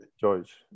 George